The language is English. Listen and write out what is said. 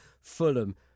Fulham